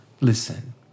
listen